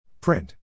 Print